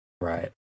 Right